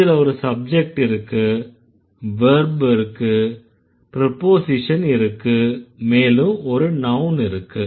இதுல ஒரு சப்ஜெக்ட் இருக்கு வெர்ப் இருக்கு ப்ரிபோஸிஷன் இருக்கு மேலும் ஒரு நவ்ன் இருக்கு